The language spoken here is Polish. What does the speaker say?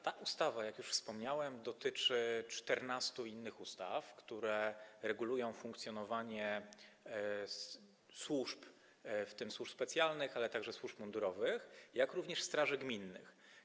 Ta ustawa, jak już wspomniałem, dotyczy 14 innych ustaw, które regulują funkcjonowanie służb, w tym służb specjalnych, ale także służb mundurowych, jak również straży gminnych.